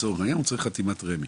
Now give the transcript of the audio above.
לצורך העניין, הוא צריך חתימת רמ"י.